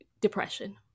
depression